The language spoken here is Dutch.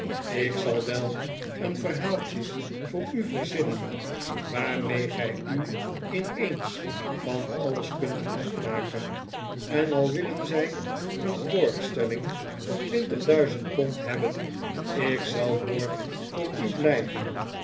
ik zal wel een verhaaltje voor u verzinnen waarmee gij u in eensvan alles kunt afmakenj en al willen zij een borgstelling van twintig duizend pond hebben ik zal borg voor u blijven